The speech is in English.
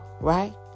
right